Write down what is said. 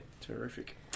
Terrific